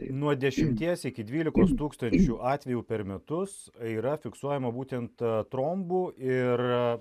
nuo dešimties iki dvylikos tūkstančių atvejų per metus yra fiksuojama būtent trombų ir